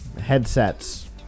headsets